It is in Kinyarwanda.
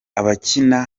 abakina